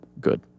good